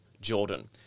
Jordan